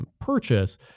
purchase